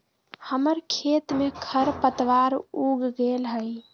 हमर खेत में खरपतवार उग गेल हई